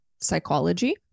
psychology